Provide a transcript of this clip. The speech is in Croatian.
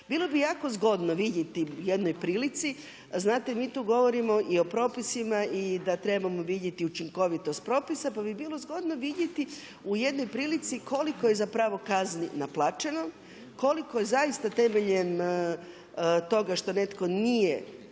Bilo bi jako zgodno vidjeti u jednoj prilici znate mi tu govorimo i o propisima i da trebamo vidjeti i učinkovitost propisa, pa bi bilo zgodno vidjeti u jednoj prilici koliko je zapravo kazni naplaćeno, koliko je zaista temeljem toga što netko nije zaista